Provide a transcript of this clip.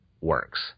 works